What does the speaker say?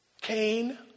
Cain